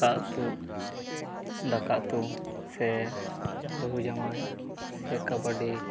ᱠᱟᱜ ᱩᱛᱩ ᱫᱟᱠᱟ ᱩᱛᱩ ᱥᱮ ᱵᱟᱹᱦᱩ ᱡᱟᱶᱟᱭ ᱥᱮ ᱠᱟᱵᱟᱰᱤ